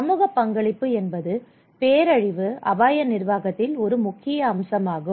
சமூகப் பங்களிப்பு என்பது பேரறிவு அபாய நிர்வாகத்தில் ஒரு முக்கிய அம்சமாகும்